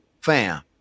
Fam